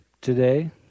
today